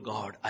God